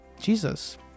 Jesus